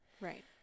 Right